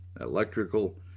electrical